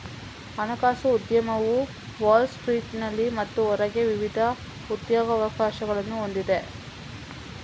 ಹಣಕಾಸು ಉದ್ಯಮವು ವಾಲ್ ಸ್ಟ್ರೀಟಿನಲ್ಲಿ ಮತ್ತು ಹೊರಗೆ ವಿವಿಧ ಉದ್ಯೋಗಾವಕಾಶಗಳನ್ನು ಹೊಂದಿದೆ